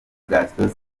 gaston